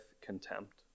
contempt